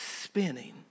spinning